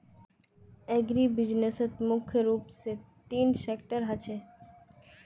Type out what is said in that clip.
अग्रीबिज़नेसत मुख्य तीन सेक्टर ह छे